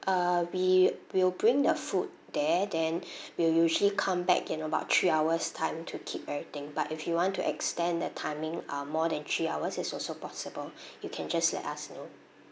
uh we will bring the food there then we'll usually come back in about three hours' time to keep everything but if you want to extend the timing uh more than three hours it's also possible you can just let us you know